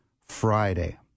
Friday